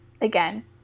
again